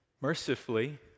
Mercifully